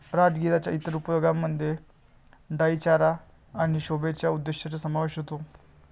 राजगिराच्या इतर उपयोगांमध्ये डाई चारा आणि शोभेच्या उद्देशांचा समावेश होतो